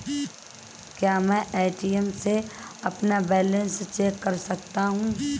क्या मैं ए.टी.एम में अपना बैलेंस चेक कर सकता हूँ?